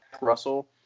Russell